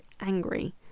angry